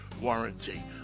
warranty